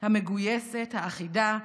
המגויסת, האחידה,